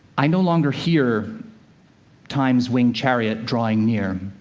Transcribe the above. i no longer hear time's winged chariot drawing near,